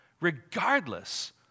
regardless